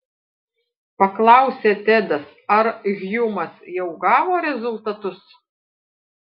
paklausė tedas ar hjumas jau gavo rezultatus